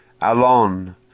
Alon